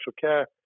care